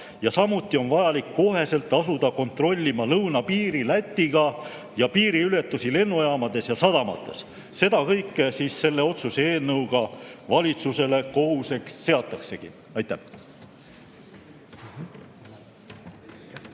Samuti on vaja kohe asuda kontrollima lõunapiiri Lätiga ja piiriületusi lennujaamades ja sadamates. Seda kõike selle otsuse eelnõuga valitsusele kohustueks seataksegi. Aitäh!